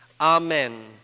Amen